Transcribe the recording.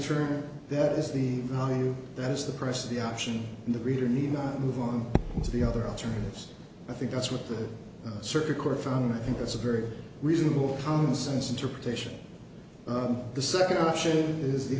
true that is the thing that is the price of the option and the reader need not move on to the other alternatives i think that's what the circuit court found i think that's a very reasonable commonsense interpretation of the second option is the